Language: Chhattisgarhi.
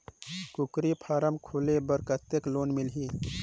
कूकरी फारम खोले बर कतेक लोन मिलही?